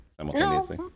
simultaneously